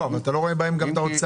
אבל אתה לא רואה בהם גם הוצאה.